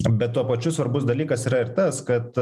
bet tuo pačiu svarbus dalykas yra ir tas kad